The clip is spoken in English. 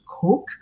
cook